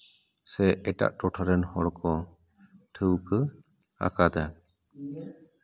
ᱥᱮ ᱮᱴᱟᱜ ᱴᱚᱴᱷᱟ ᱨᱮᱱ ᱦᱚᱲ ᱠᱚ ᱴᱷᱟᱹᱣᱠᱟᱹ ᱟᱠᱟᱫᱟ